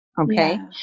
okay